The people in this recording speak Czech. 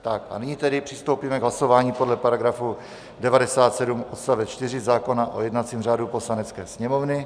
A nyní tedy přistoupíme k hlasování podle § 97 odstavec 4 zákona o jednacím řádu Poslanecké sněmovny.